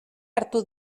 hartu